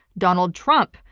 donald trump,